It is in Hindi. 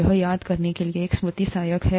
यह याद करने के लिए एक स्मृति सहायक है